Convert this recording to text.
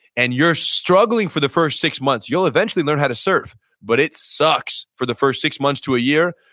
and you're struggling for the first six months. you'll eventually learn how to surf but it sucks for the first six months to a year.